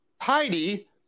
Heidi